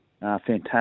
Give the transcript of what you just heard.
fantastic